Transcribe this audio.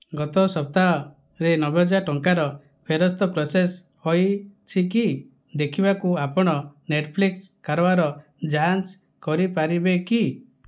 ଗତ ସପ୍ତାହରେ ନବେହଜାର ଟଙ୍କାର ଫେରସ୍ତ ପ୍ରସେସ୍ ହୋଇଛିକି ଦେଖିବାକୁ ଆପଣ ନେଟ୍ଫ୍ଲିକ୍ସ କାରବାର ଯାଞ୍ଚ କରିପାରିବେ କି